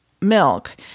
milk